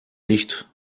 nicht